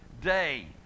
day